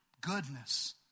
goodness